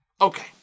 Okay